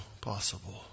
possible